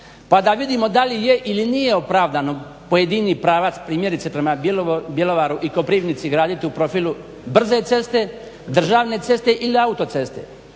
pa da vidimo da li je ili nije opravdano pojedini pravac primjerice prema Bjelovaru i Koprivnici graditi u profilu brze ceste, državne ceste ili autoceste.